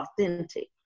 authentic